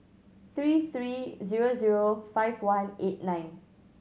three three zero zero five one eight nine